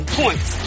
points